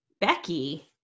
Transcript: Becky